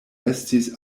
estis